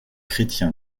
chrétien